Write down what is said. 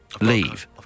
leave